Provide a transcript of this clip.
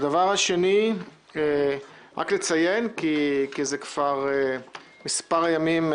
בנושא השני יש התנהלות כבר מספר ימים